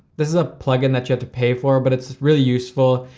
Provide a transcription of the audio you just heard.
this is a plugin that you have to pay for, but it's really useful.